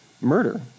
murder